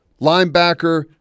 linebacker